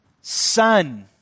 son